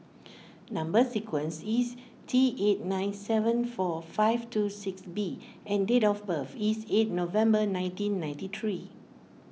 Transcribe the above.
Number Sequence is T eight nine seven four five two six B and date of birth is eight November nineteen ninety three